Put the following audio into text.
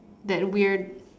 that we're